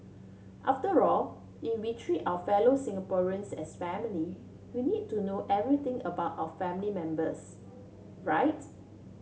after all if we treat our fellow Singaporeans as family we need to know everything about our family members right